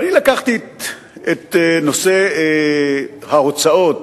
לקחתי את נושא ההוצאות